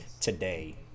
today